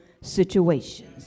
situations